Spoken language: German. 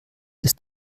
ist